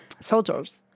soldiers